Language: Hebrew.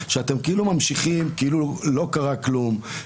שאתם ממשיכים כאילו לא קרה כלום.